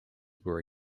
were